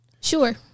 Sure